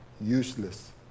useless